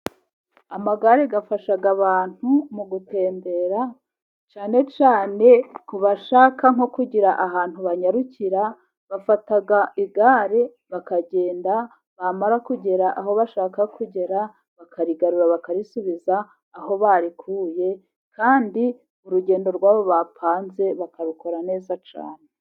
Amagare afasha abantu mu gutembera, cyane cyane ku bashaka nko kugira ahantu banyarukira, bafata igare bakagenda bamara kugera aho bashaka kugera, bakarigarura bakarisubiza aho barikuye. Kandi urugendo rwabo bapanze bakarukora neza cyane.